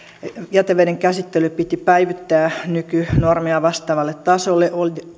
jäteveden käsittely piti päivittää nykynormeja vastaavalle tasolle